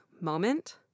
moment